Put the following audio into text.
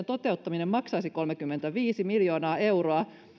toteuttaminen maksaisi kolmekymmentäviisi miljoonaa euroa